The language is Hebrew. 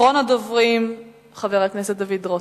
אחרון הדוברים הוא חבר הכנסת דוד רותם.